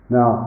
Now